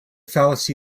fallacy